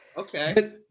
Okay